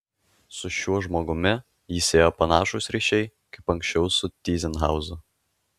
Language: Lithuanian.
su šiuo žmogumi jį siejo panašūs ryšiai kaip anksčiau su tyzenhauzu